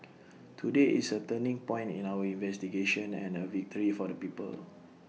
today is A turning point in our investigation and A victory for the people